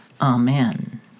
Amen